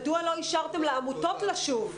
מדוע לא אפשרתם לעמותות לשוב?